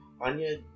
Anya